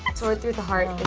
um sword through the heart